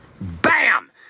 Bam